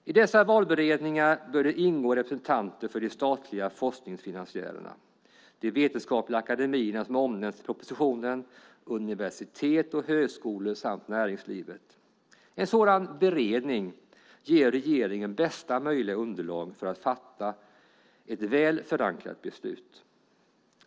I dessa valberedningar bör det ingå representanter för de statliga forskningsfinansiärerna, de vetenskapliga akademier som omnämns i propositionen, universitet och högskolor samt för näringslivet. En sådan beredning ger regeringen bästa möjliga underlag för att fatta ett väl förankrat beslut.